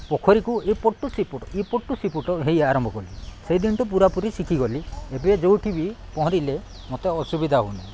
ପୋଖରୀକୁ ଏହିପଟୁ ସେହିପଟୁ ଏହିପଟୁ ସେହିପଟୁ ହୋଇ ଆରମ୍ଭ କଲି ସେହିଦିନଠୁ ପୁରାପୁରି ଶିଖିଗଲି ଏବେ ଯୋଉଠି ବି ପହଁରିଲେ ମତେ ଅସୁବିଧା ହେଉନାହିଁ